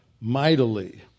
mightily